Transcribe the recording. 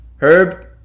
Herb